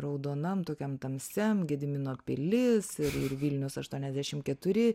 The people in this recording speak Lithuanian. raudonam tokiam tamsiam gedimino pilis ir ir vilnius aštuoniasdešim keturi